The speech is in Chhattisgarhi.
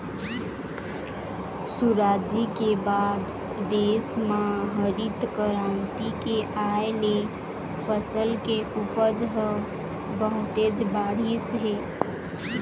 सुराजी के बाद देश म हरित करांति के आए ले फसल के उपज ह बहुतेच बाढ़िस हे